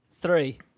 Three